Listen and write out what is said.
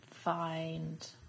Find